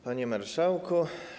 Panie Marszałku!